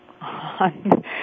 on